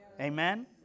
Amen